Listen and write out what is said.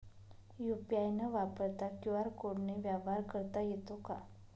UPI न वापरता QR कोडने व्यवहार करता येतो का?